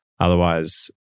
otherwise